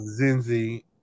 Zinzi